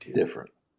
different